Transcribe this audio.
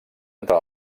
entre